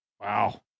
Wow